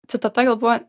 citata gal buvo